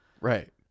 Right